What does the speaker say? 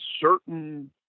certain